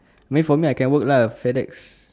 wait for me I can work lah Fedex